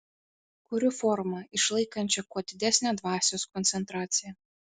kuriu formą išlaikančią kuo didesnę dvasios koncentraciją